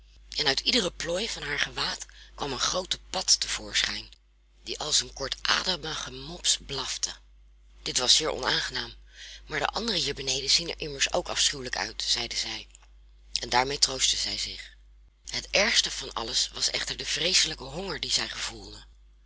en uit iedere plooi van haar gewaad kwam een groote pad te voorschijn die als een kortademige mops blafte dit was zeer onaangenaam maar de anderen hier beneden zien er immers ook afschuwelijk uit zeide zij en daarmee troostte zij zich het ergste van alles was echter de vreeselijke honger dien zij gevoelde